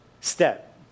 step